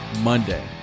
Monday